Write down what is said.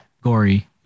gory